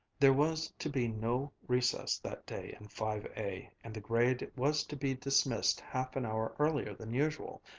there was to be no recess that day in five a, and the grade was to be dismissed half an hour earlier than usual,